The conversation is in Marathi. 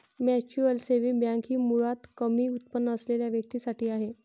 म्युच्युअल सेव्हिंग बँक ही मुळात कमी उत्पन्न असलेल्या व्यक्तीं साठी आहे